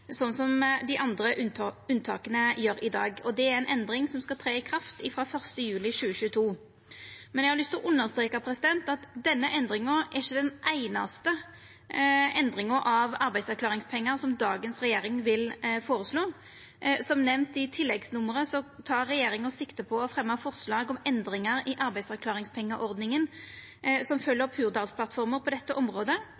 sånn som dei andre unntaka gjer i dag. Det er ei endring som skal tre i kraft frå 1. juli 2022. Men eg har lyst til å understreka at denne endringa ikkje er den einaste endringa av arbeidsavklaringspengar som dagens regjering vil føreslå. Som nemnt i tilleggsnummeret tek regjeringa sikte på å fremja forslag om endringar i arbeidsavklaringspengeordninga som følgjer opp Hurdalsplattforma på dette området, og det